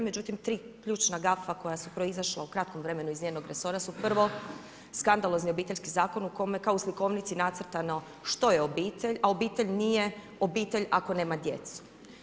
Međutim, tri ključna gafa koja su proizašla u kratkom vremenu iz njenog resora su prvo skandalozni Obiteljski zakon u kome kao u slikovnici nacrtano što je obitelj, a obitelj nije obitelj ako nema djecu.